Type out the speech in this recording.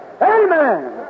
Amen